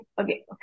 okay